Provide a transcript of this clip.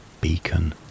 beacon